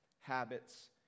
habits